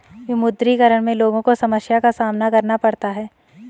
विमुद्रीकरण में लोगो को समस्या का सामना करना पड़ता है